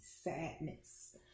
sadness